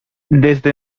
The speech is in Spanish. desde